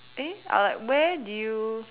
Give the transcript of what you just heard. and then I like where did you